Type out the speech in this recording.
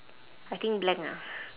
I think blank ah